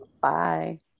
Bye